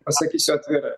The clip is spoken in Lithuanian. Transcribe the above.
pasakysiu atvirai